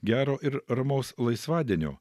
gero ir ramaus laisvadienio